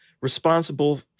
responsible